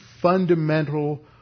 fundamental